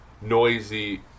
noisy